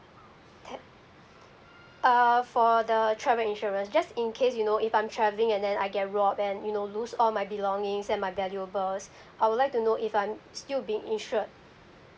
t~ err for the travel insurance just in case you know if I'm travelling and then I get robbed and you know lose all my belongings and my valuables I would like to know if I'm still being insured